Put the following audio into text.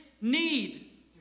need